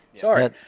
sorry